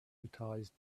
hypnotized